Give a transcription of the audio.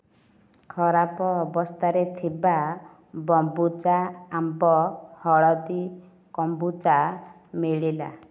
ଖରାପ ଅବସ୍ଥାରେ ଥିବା ବମ୍ବୁଚା ଆମ୍ବ ହଳଦୀ କମ୍ବୁଚା ମିଳିଲା